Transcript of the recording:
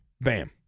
Bam